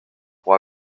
pour